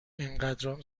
انقدرام